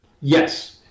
Yes